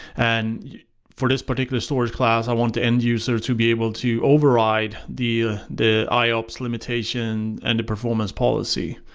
and for this particular storageclass i want the enduser to be able to override the the iops limitation and performance policy.